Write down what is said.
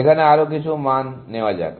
এখানে আরো কিছু মান নেওয়া যাক